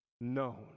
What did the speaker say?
known